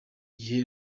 gihe